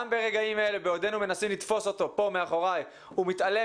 גם ברגעים אלה בעודנו מנסים לתפוס אותו פה מאחוריי הוא מתעלם